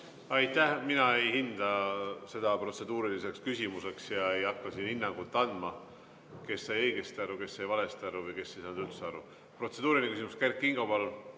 Aitäh! Mina ei hinda seda protseduuriliseks küsimuseks ja ei hakka siin hinnangut andma, kes sai õigesti aru, kes sai valesti aru või kes ei saanud üldse aru. Protseduuriline küsimus, Kert Kingo,